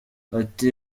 ati